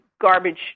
garbage